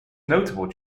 notable